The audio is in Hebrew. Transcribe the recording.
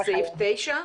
את מתכוונת לסעיף (9)